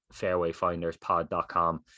fairwayfinderspod.com